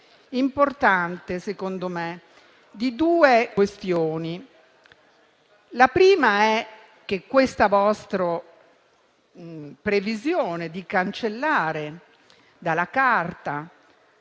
importante di due questioni: la prima è che questa vostra previsione di cancellare dalla Carta